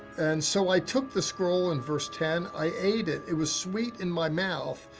and so i took the scroll, in verse ten. i ate it. it was sweet in my mouth,